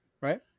right